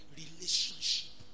relationship